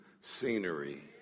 scenery